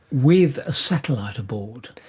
with a satellite aboard?